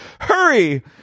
Hurry